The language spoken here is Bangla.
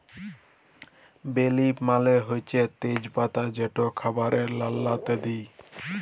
বে লিফ মালে হছে তেজ পাতা যেট খাবারে রাল্লাল্লে দিই